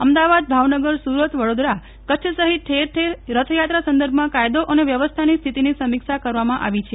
અમદાવાદ ભાવનગર સુરત વડોદરા સહિત ઠેર ઠેર રથયાત્રા સંદર્ભમાં કાયદો અને વ્યવસ્થાની સ્થિતિની સમીક્ષા કરવામાં આવી છે